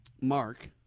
Mark